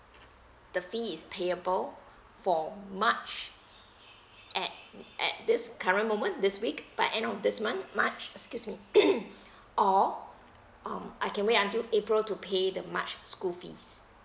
the fee is payable for march at at this current moment this week by end of this month march excuse me or um I can wait until april to pay the march school fees